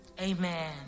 amen